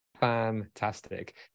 fantastic